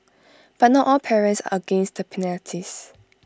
but not all parents are against the penalties